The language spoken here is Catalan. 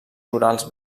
florals